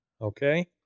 okay